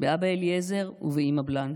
באבא אליעזר ובאימא בלנש.